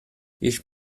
ich